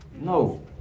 No